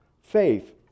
faith